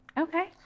Okay